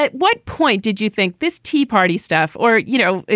but what point did you think this tea party staff or, you know,